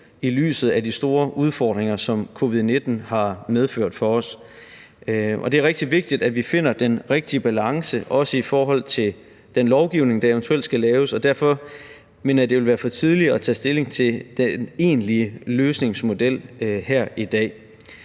i lyset af de store udfordringer, som covid-19 har medført for os. Det er rigtig vigtigt, at vi finder den rigtige balance – også i forhold til den lovgivning, der eventuelt skal laves – og derfor mener jeg, at det vil være for tidligt at tage stilling til den egentlige løsningsmodel her i dag.